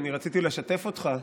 אני רציתי לשתף אותך,